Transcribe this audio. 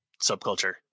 subculture